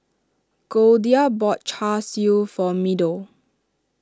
Goldia bought Char Siu for Meadow